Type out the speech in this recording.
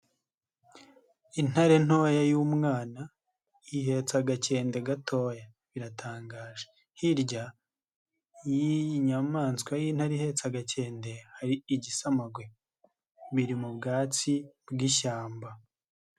Intare ntoya y'umwana ihetse agakende gatoya biratangaje, hirya y'iyi nyamaswa y'intare ihetse agakende hari igisamagwe, biri mu bwatsi bw'ishyamba.